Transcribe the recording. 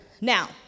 Now